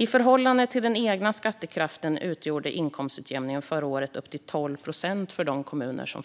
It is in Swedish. I förhållande till den egna skattekraften utgjorde inkomstutjämningen förra året upp till 12 procent för de kommuner som